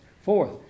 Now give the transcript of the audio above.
Fourth